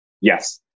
Yes